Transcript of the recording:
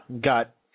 Got